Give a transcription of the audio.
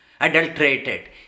Adulterated